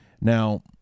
Now